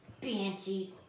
Banshees